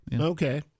Okay